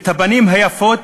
את הפנים היפות,